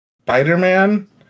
Spider-Man